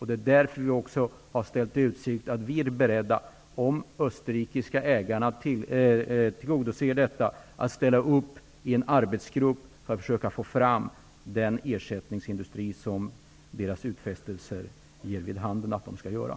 Det är därför vi också har ställt i utsikt att, om de österrikiska ägarna tillgodoser sina utfästelser, vi är beredda att ställa upp i en arbetsgrupp för att försöka från fram den ersättningsindustri som de har utfäst sig att ta fram.